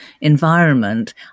environment